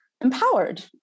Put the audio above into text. empowered